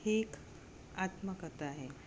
ही एक आत्मकथा आहे